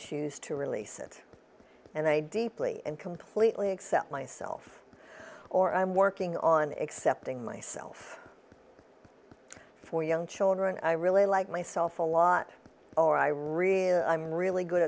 choose to release it and i deeply and completely accept myself or i'm working on accepting myself for young children i really like myself a lot or i really i'm really good